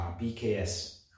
BKS